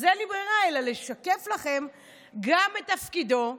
אז אין לי ברירה אלא לשקף לכם גם את תפקידו,